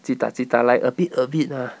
jit ta jit ta like a bit a bit lah